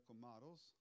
models